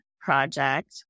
project